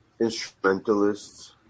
instrumentalists